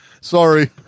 Sorry